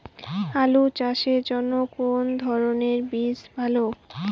আলু চাষের জন্য কোন ধরণের বীজ ভালো?